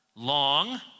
Long